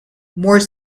more